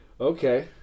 Okay